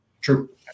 True